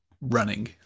running